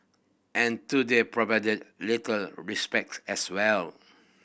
and today provided little respite as well